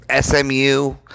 SMU